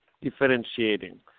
differentiating